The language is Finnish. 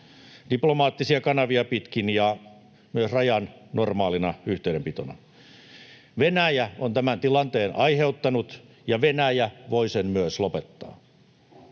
diplomaattisia kanavia pitkin ja myös rajan normaalina yhteydenpitona. Venäjä on tämän tilanteen aiheuttanut ja Venäjä voi sen myös lopettaa.